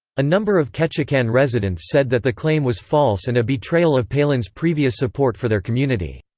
a number of ketchikan residents said that the claim was false and a betrayal of palin's previous support for their community.